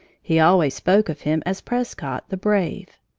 he always spoke of him as prescott, the brave.